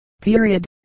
period